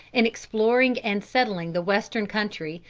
in exploring and settling the western country,